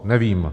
Nevím.